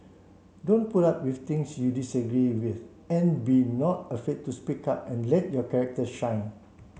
don't put up with things you disagree with and be not afraid to speak up and let your character shine